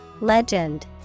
Legend